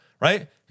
right